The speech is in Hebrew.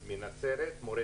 לא.